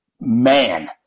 man